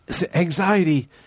Anxiety